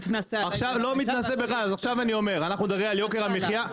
אנחנו מדברים על יוקר המחיה,